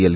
L